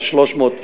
ה-300,